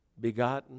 begotten